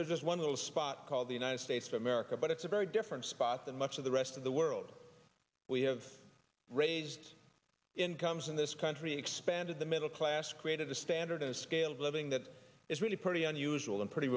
there's just one little spot called the united states of america but it's a very different spot than much of the rest of the world we have raised incomes in this country expanded the middle class created a standard of scale of living that is really pretty unusual and pretty